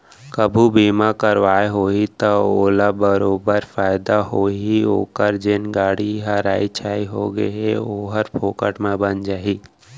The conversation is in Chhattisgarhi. कभू बीमा करवाए होही त ओला बरोबर फायदा होही ओकर जेन गाड़ी ह राइ छाई हो गए हे ओहर फोकट म बन जाही